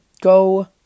Go